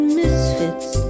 misfits